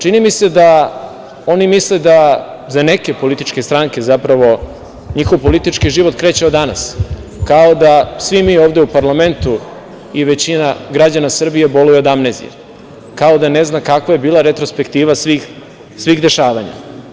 Čini mi se da oni misle da za neke političke stranke, zapravo njihov politički život kreće od danas, kao da mi svi ovde u parlamentu i većina građana Srbije boluje od amnezije, kao da ne zna kakva je bila retrospektiva svih dešavanja.